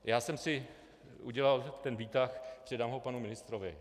Já jsem si udělal ten výtah, předám ho panu ministrovi.